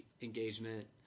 engagement